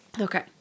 Okay